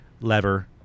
lever